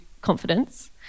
confidence